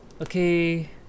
okay